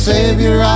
Savior